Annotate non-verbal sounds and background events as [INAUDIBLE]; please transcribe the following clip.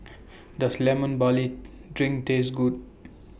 [NOISE] Does Lemon Barley Drink Taste Good [NOISE]